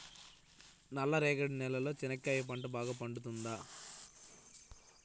నల్ల రేగడి నేలలో చెనక్కాయ పంట బాగా పండుతుందా?